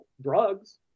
drugs